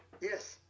Yes